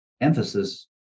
emphasis